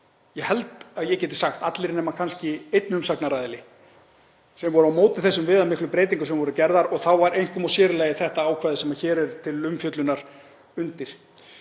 ég held að ég geti sagt allir, nema kannski einn umsagnaraðili, sem voru á móti þessum viðamiklu breytingum sem voru gerðar og þá var einkum og sér í lagi þetta ákvæði sem hér er til umfjöllunar undir.